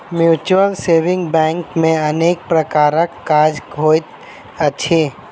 mutual saving bank मे अनेक प्रकारक काज होइत अछि